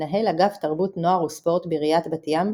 מנהל אגף תרבות נוער וספורט בעיריית בת ים,